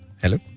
Hello